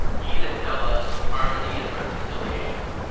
ye that tell us of harmony and reconciliation,